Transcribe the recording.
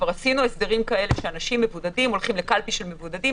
כבר עשינו הסדרים כאלה שאנשים מבודדים הולכים לקלפי של מבודדים.